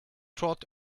trot